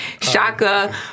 Shaka